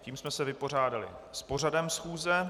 Tím jsme se vypořádali s pořadem schůze.